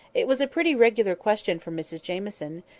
it was a pretty regular question from mrs jamieson,